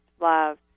love